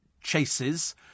chases